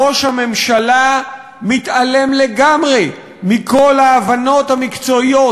ראש הממשלה מתעלם לגמרי מכל ההבנות המקצועיות,